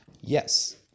Yes